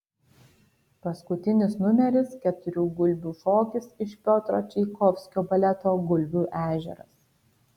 paskutinis numeris keturių gulbių šokis iš piotro čaikovskio baleto gulbių ežeras